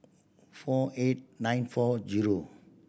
four eight nine four zero